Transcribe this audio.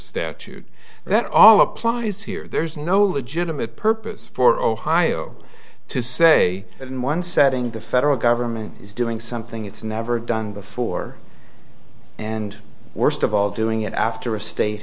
statute that all applies here there's no legitimate purpose for ohio to say that in one setting the federal government is doing something it's never done before and worst of all doing it after a state